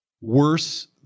Worse